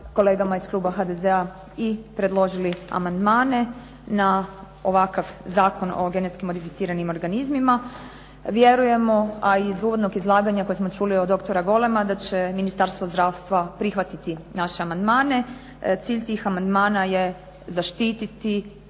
kolegama iz kluba HDZ-a i predložili amandmane na ovakav Zakon o genetski modificiranim organizmima. Vjerujemo a iz uvodnog izlaganja koje smo čuli od doktora Golema da će Ministarstvo zdravstva prihvatiti naše amandmane. Cilj tih amandmana je zaštititi